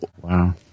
Wow